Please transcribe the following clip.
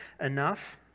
enough